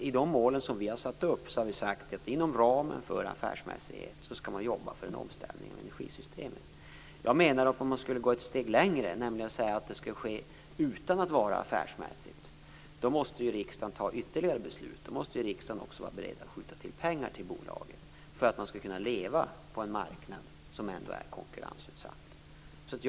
I de mål som vi har satt upp har vi sagt att inom ramen för affärsmässighet skall man jobba för en omställning av energisystemet. Jag menar att om man skulle gå ett steg längre och säga att det skall ske utan att vara affärsmässigt, så måste riksdagen fatta ytterligare beslut. Då måste också riksdagen vara beredd att skjuta till pengar till bolaget för att man skall kunna leva på en marknad som ändå är konkurrensutsatt.